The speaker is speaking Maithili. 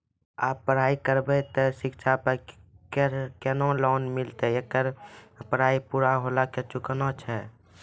आप पराई करेव ते शिक्षा पे केना लोन मिलते येकर मे पराई पुरा होला के चुकाना छै?